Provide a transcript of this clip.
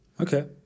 Okay